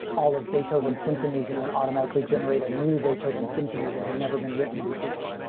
all of beethoven's symphonies and then automatically generate a new beethoven's symphony that had never been written before.